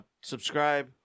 subscribe